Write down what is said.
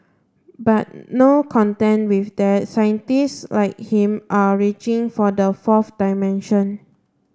but no content with that scientists like him are reaching for the fourth dimension